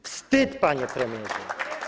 Wstyd, panie premierze.